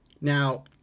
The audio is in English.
now